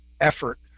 effort